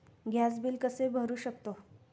Gas bill कसे भरू शकतो?